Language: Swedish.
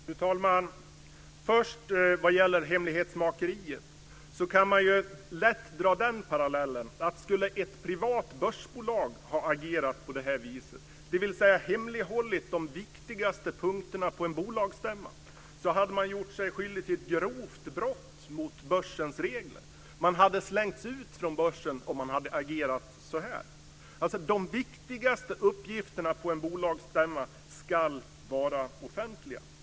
Fru talman! Vad först gäller hemlighetsmakeriet kan man lätt dra den parallellen att skulle ett privat börsbolag ha agerat på det här viset, dvs. hemlighållit de viktigaste punkterna på en bolagsstämma, hade man gjort sig skyldig till ett grovt brott mot börsens regler. Man hade slängts ut från börsen om man hade agerat så här. De viktigaste uppgifterna på en bolagsstämma ska vara offentliga.